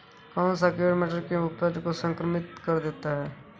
कौन सा कीट मटर की उपज को संक्रमित कर देता है?